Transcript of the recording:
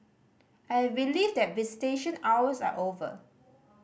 I believe that visitation hours are over